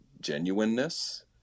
genuineness